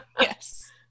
Yes